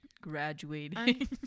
graduating